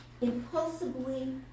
impulsively